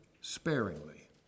sparingly